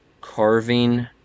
carving